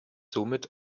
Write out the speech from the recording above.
somit